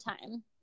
time